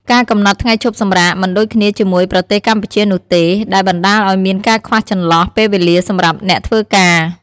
ការកំណត់ថ្ងៃឈប់សម្រាកមិនដូចគ្នាជាមួយប្រទេសកម្ពុជានោះទេ ដែលបណ្តាលឲ្យមានការខ្វះចន្លោះពេលវេលាសម្រាប់អ្នកធ្វើការ។